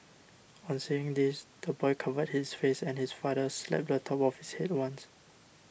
on seeing this the boy covered his face and his father slapped the top of his head once